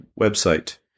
website